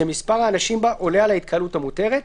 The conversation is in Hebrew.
שמספר האנשים בה עולה על ההתקהלות המותרת,